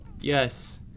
Yes